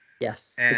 yes